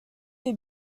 who